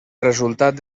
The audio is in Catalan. resultat